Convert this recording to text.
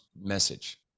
message